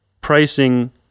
pricing